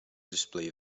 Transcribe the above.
display